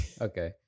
okay